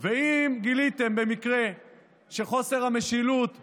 ואם גיליתם במקרה שחוסר המשילות בנגב,